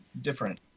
different